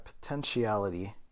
potentiality